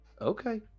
Okay